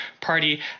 party